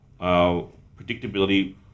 predictability